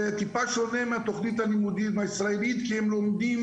ה מתכנית הלימודים הישראלית כי הם לומדים